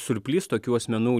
surplys tokių asmenų